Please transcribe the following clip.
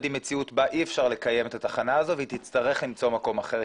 עם מציאות בה אי אפשר לקיים את התחנה הזאת והיא תצטרך למצוא מקום אחר,